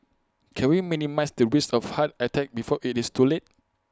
can we minimise the risk of heart attack before IT is too late